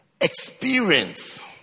experience